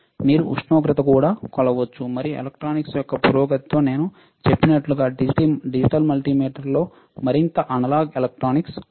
మీరు ఉష్ణోగ్రత కూడా కొలవవచ్చు మరియు ఎలక్ట్రానిక్స్ యొక్క పురోగతితో నేను చెప్పినట్లుగా డిజిటల్ మల్టీమీటర్లో మరింత అనలాగ్ ఎలక్ట్రానిక్స్ ఉంది